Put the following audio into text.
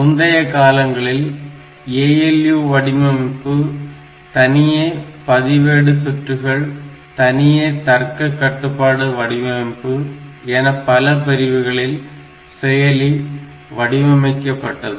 முந்தைய காலங்களில் ALU வடிவமைப்பு தனியே பதிவேடு மின்சுற்றுகள் தனியே தர்க்க கட்டுப்பாடு வடிவமைப்பு என பல பிரிவுகளால் செயலி வடிவமைக்கப்பட்டது